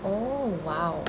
oh !wow!